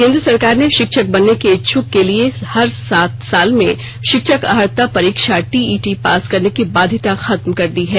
केंद्र सरकार ने शिक्षक बनने के इच्छुक के लिए हर सात साल में शिक्षक अर्हता परीक्षा टीईटी पास करने की बाध्यता खत्म कर दी है